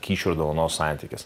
kyšio dovanos santykius